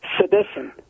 Sedition